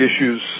issues